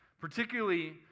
particularly